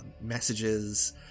messages